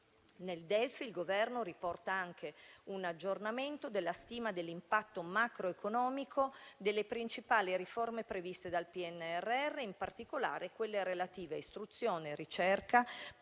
Nel DEF il Governo riporta anche un aggiornamento della stima dell'impatto macroeconomico delle principali riforme previste dal PNRR, in particolare quelle relative a istruzione, ricerca,